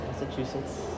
Massachusetts